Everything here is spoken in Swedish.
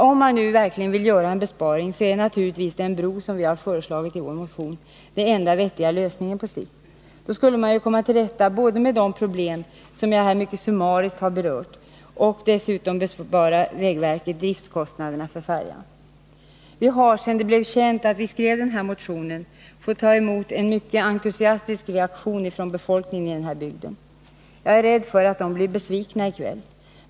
Om man nu verkligen vill göra en besparing är naturligtvis den bro som vi föreslagit i vår motion den enda vettiga lösningen på sikt. Då skulle man både komma till rätta med de problem som jag här mycket summariskt har berört och bespara vägverket driftkostnaderna för färjan. Vi har sedan det blev känt att vi skrev den här motionen fått ta emot en mycket entusiastisk reaktion från befolkningen i den här bygden. Jag är rädd för att den blir besviken i kväll.